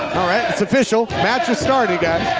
alright it's official. match is starting at.